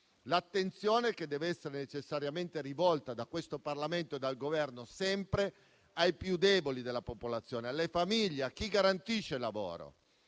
l'attenzione che deve essere necessariamente rivolta da questo Parlamento e dal Governo sempre ai più deboli della popolazione, alle famiglie, a chi garantisce lavoro.